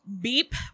beep